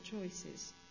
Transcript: choices